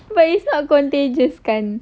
but it's not contagious kan